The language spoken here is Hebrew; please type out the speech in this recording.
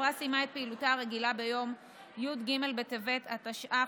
החברה סיימה את פעילותה הרגילה ביום י"ג בטבת התשע"ח,